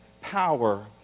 power